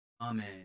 Amen